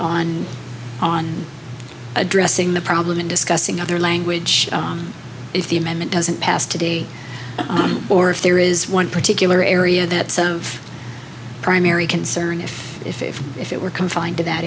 on on addressing the problem and discussing other language if the amendment doesn't pass today or if there is one particular area that some of the primary concern if if if if it were confined to that